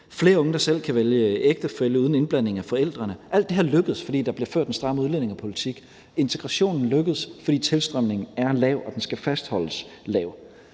flere unge, der selv kan vælge ægtefælle uden indblanding fra forældrene. Alt det her lykkes, fordi der bliver ført en stram udlændingepolitik. Integrationen lykkes, fordi tilstrømningen er lav, og den skal fastholdes på